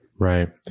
Right